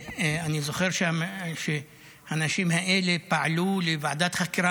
אני זוכר שהאנשים האלה פעלו לוועדת חקירה